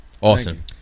Awesome